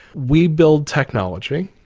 we build technology.